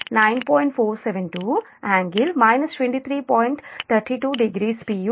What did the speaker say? ఇది fault current per యూనిట్లో